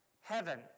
heaven